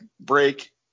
break